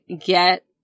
get